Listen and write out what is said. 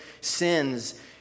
sins